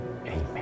Amen